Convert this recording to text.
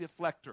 deflector